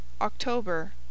October